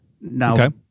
Now